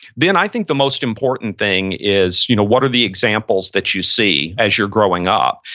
then i think the most important thing is you know what are the examples that you see as you're growing up?